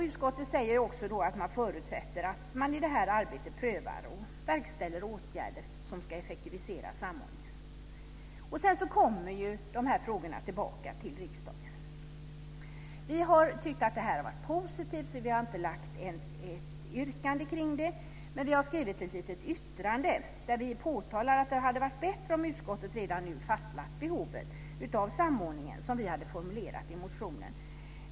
Utskottet säger också att man förutsätter att man i det här arbetet prövar och verkställer åtgärder som ska effektivisera samordningen. Sedan kommer de här frågorna tillbaka till riksdagen. Vi har tyckt att det här har varit positivt, så vi har inte lagt ett yrkande om det. Men vi har skrivit ett litet yttrande där vi påtalar att det hade varit bättre om utskottet redan nu hade fastlagt behovet av samordning som vi hade formulerat i motionen.